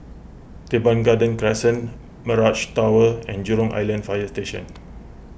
Teban Garden Crescent Mirage Tower and Jurong Island Fire Station